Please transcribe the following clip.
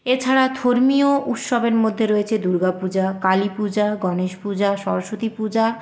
এছাড়া ধর্মীয় উৎসবের মধ্যে রয়েছে দুর্গাপূজা কালীপূজা গণেশপূজা সরস্বতীপূজা